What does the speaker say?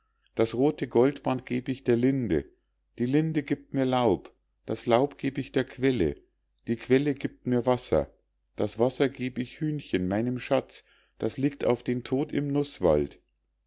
das rothe goldband geb ich der linde die linde giebt mir laub das laub geb ich der quelle die quelle giebt mir wasser das wasser geb ich hühnchen meinem schatz das liegt auf den tod im nußwald